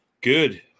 good